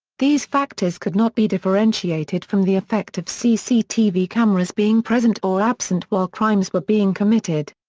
these factors could not be differentiated from the effect of cctv cameras being present or absent while crimes were being committed.